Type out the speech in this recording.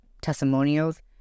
testimonials